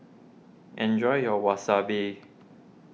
enjoy your Wasabi